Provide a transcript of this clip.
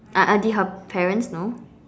uh uh did her parents know